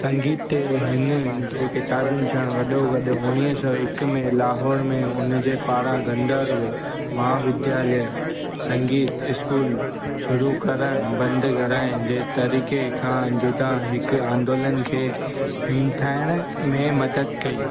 संगीत ते हिन जे किताबनि सां गॾोगॾु उणिवीह सौ हिकु में लाहौर में हुन जे पारां गंधर्व महाविद्यालय संगीत स्कूल शुरू करणु बंदि घराए जे तरीक़े खां जुदा हिकु आंदोलन खे हिमथाइण में मदद कई